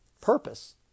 purpose